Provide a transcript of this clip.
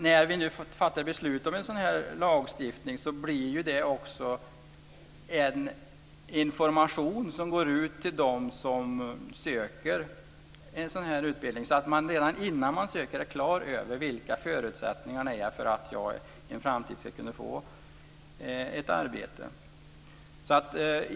När vi nu fattar beslut om en sådan här lagstiftning blir det också en information som går ut till dem som söker en sådan här utbildning, så att man redan innan man söker är på det klara med vilka förutsättningarna är för att man i en framtid ska kunna få ett arbete. Det är också viktigt.